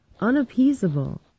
unappeasable